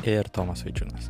ir tomas vaičiūnas